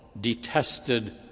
detested